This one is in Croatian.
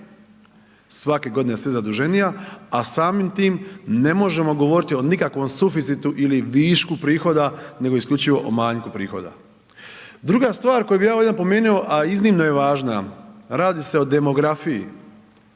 svake godine sve zaduženija, a samim tim ne možemo govoriti o nikakvom suficitu ili višku prihoda, nego isključivo o manjku prihoda. Druga stvar koju bi ja ovdje napomenuo, a iznimno je važna, radi se o demografiji,